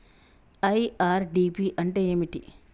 IRDP అంటే ఏమిటి?